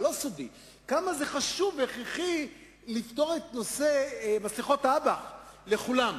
זה לא סודי לפתור את נושא מסכות האב"כ לכולם,